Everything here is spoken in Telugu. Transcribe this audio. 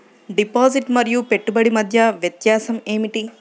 డిపాజిట్ మరియు పెట్టుబడి మధ్య వ్యత్యాసం ఏమిటీ?